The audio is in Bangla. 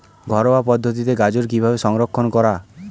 ঘরোয়া পদ্ধতিতে গাজর কিভাবে সংরক্ষণ করা?